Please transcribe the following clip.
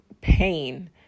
pain